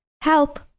Help